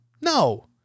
no